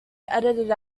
edited